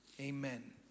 Amen